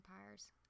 empires